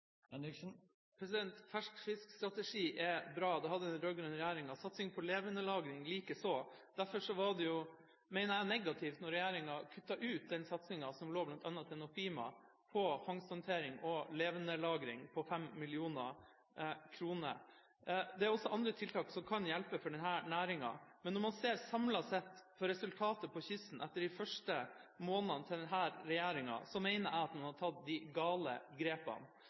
er bra. Det hadde den rød-grønne regjeringa – satsing på levendelagring likeså. Derfor mener jeg det var negativt da regjeringa kuttet ut satsingen på 5 mill. kr som bl.a. lå til Nofima på fangsthåndtering og levendelagring. Det er også andre tiltak som kan hjelpe for denne næringen. Men når man ser resultatet samlet for kysten etter de første månedene med denne regjeringa, mener jeg man har tatt de gale grepene.